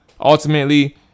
ultimately